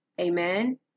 Amen